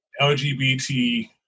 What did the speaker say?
LGBT